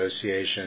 Association